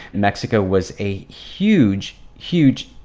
mexico was a huge, huge,